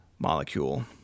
molecule